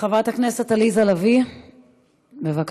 חברת הכנסת עליזה לביא, בבקשה.